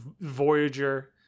voyager